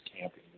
camping